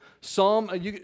Psalm